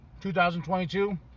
2022